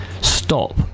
stop